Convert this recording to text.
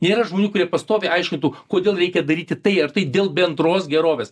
nėra žmonių kurie pastoviai aiškintų kodėl reikia daryti tai ar tai dėl bendros gerovės